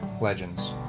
Legends